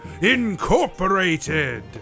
Incorporated